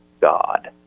God